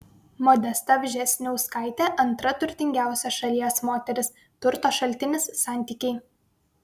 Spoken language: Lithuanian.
modesta vžesniauskaitė antra turtingiausia šalies moteris turto šaltinis santykiai